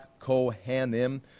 Kohanim